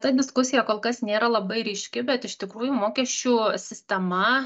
ta diskusija kol kas nėra labai ryški bet iš tikrųjų mokesčių sistema